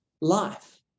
life